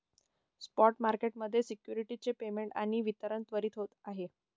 spot market मध्ये securities चे payment आणि वितरण त्वरित आहे